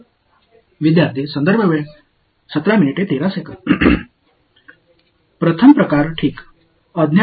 மாணவர் முதல் வகை தெரியாதது ஒருங்கிணைந்த அடையாளத்திற்குள் மட்டுமே தோன்றும்